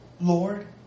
Lord